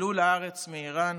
עלו לארץ מאיראן,